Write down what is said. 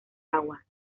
agua